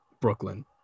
brooklyn